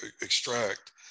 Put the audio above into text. extract